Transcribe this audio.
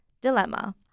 Dilemma